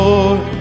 Lord